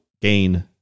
gain